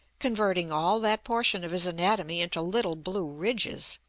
converting all that portion of his anatomy into little blue ridges.